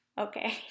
okay